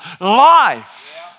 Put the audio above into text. life